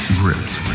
grips